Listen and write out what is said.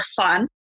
fun